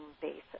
basis